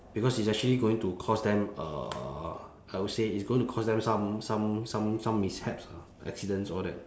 because it's actually going to cause them uh I would say it's going to cause them some some some some mishaps lah accidents all that